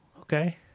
okay